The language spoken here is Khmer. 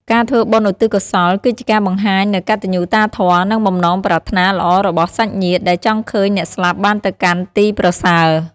ការធ្វើបុណ្យឧទ្ទិសកុសល គឺជាការបង្ហាញនូវកតញ្ញូតាធម៌ និងបំណងប្រាថ្នាល្អរបស់សាច់ញាតិ ដែលចង់ឃើញអ្នកស្លាប់បានទៅកាន់ទីប្រសើរ។